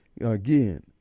Again